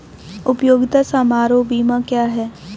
उपयोगिता समारोह बीमा क्या है?